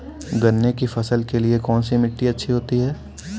गन्ने की फसल के लिए कौनसी मिट्टी अच्छी होती है?